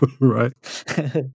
right